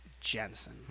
Jensen